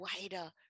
wider